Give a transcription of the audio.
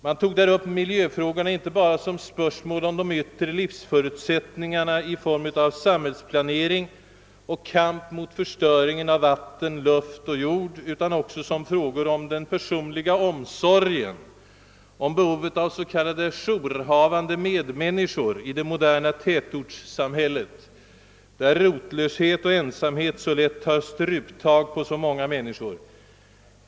Man tog upp miljöfrågorna inte bara som spörsmål om de yttre livsförutsättningarna i form av samhällsplanering och kamp mot förstöringen av vatten, luft och jord, utan också som frågor om den personliga omsorgen, om behovet av s.k. jourhavande medmänniskor i det moderna tätortssamhället, där rotlöshet och ensamhet så lätt tar struptag på många människor.